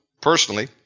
personally